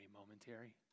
momentary